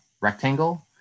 rectangle